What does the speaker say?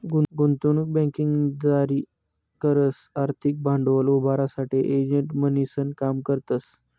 गुंतवणूक बँकिंग जारी करस आर्थिक भांडवल उभारासाठे एजंट म्हणीसन काम करतस